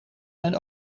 mijn